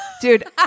dude